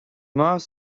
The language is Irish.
maith